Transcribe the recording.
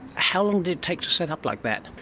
how long did it take to set up like that?